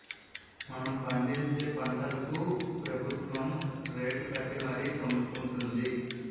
మనం పండించే పంటలకు ప్రబుత్వం రేటుకట్టి మరీ కొనుక్కొంటుంది